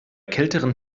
kälteren